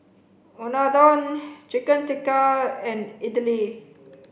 Unadon Chicken Tikka and Idili